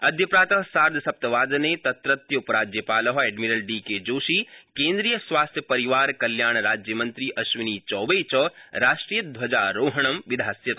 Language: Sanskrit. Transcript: अद्य प्रात सार्धसप्तवादने तत्रत्य उपराज्यपाल एडमिरल डी के जोशी केन्द्रीयस्वास्थ्यपरिवारकल्याणराज्यमन्त्री अश्विनीचौबे च राष्ट्रियध्वजारोहणं विधास्यत